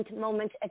moment